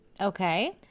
Okay